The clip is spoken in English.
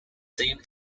same